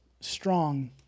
strong